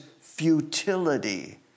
futility